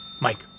Mike